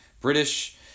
British